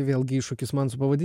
vėlgi iššūkis man su pavadinimu